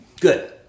Good